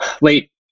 late